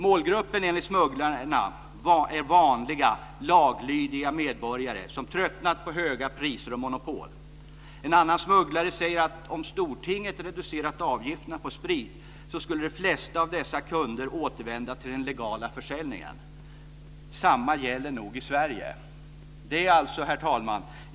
Målgruppen är enligt smugglarna vanliga laglydiga medborgare som tröttnat på höga priser och monopol. En annan smugglare säger att om Stortinget reducerat avgifterna på sprit så skulle de flesta av dessa kunder återvända till den legala försäljningen. Detsamma gäller nog i Sverige. Herr talman!